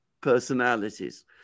personalities